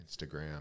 Instagram